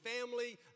family